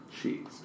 Cheese